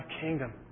kingdom